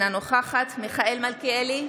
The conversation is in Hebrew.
אינה נוכחת מיכאל מלכיאלי,